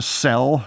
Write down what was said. sell